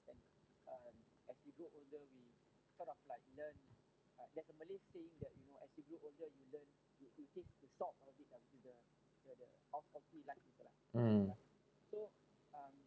mm